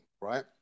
right